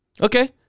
okay